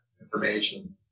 information